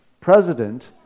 president